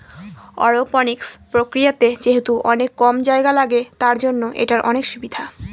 aeroponics প্রক্রিয়াতে যেহেতু অনেক কম জায়গা লাগে, তার জন্য এটার অনেক সুবিধা